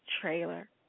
trailer